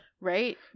Right